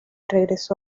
regresó